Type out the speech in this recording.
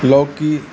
लौकी